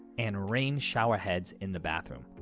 and rain shower heads in the bathroom.